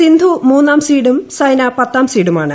സിന്ധു മൂന്നാം സീഡും സൈന പത്താം സീഡുമാണ്